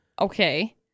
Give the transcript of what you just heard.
Okay